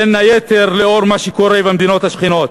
בין היתר לנוכח מה שקורה במדינות השכנות.